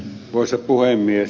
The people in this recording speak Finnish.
arvoisa puhemies